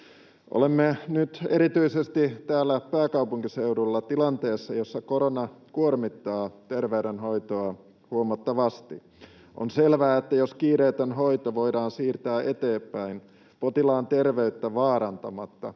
Olemme nyt erityisesti täällä pääkaupunkiseudulla tilanteessa, jossa korona kuormittaa terveydenhoitoa huomattavasti. On selvää, että jos kiireetön hoito voidaan siirtää eteenpäin potilaan terveyttä vaarantamatta